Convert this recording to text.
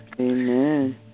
Amen